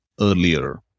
earlier